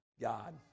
God